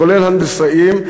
כולל הנדסאים,